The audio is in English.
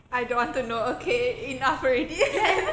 I don't want to know okay enough already